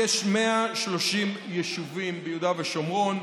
יש 130 יישובים ביהודה ושומרון,